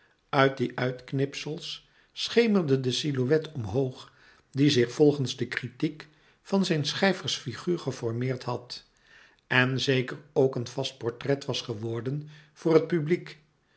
uit die uitknipsels schemerde de silhouet omhoog die zich volgens de kritiek van zijn schrijversfiguur geformeerd had en zeker ook een vast portret was geworden voor het publiek